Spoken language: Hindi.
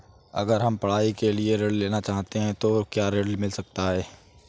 अगर हम पढ़ाई के लिए ऋण लेना चाहते हैं तो क्या ऋण मिल सकता है?